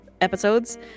episodes